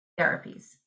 therapies